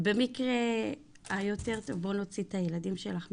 במקרה היותר טוב, בואי נוציא את הילדים שלך מהבית.